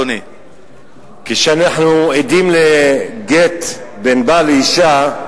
כשאנחנו עדים לגט בין בעל לאשה,